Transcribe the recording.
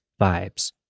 vibes